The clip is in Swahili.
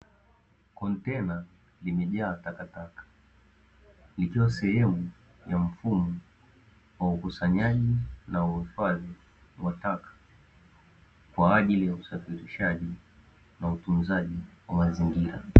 Kontena limejaa takataka, likiwa sehemu ya mfumo ya ukusanyaji na uhifadhi wa taka kwa ajili ya usafirishaji na utunzaji wa mazingira.